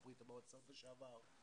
לברית המועצות לשעבר,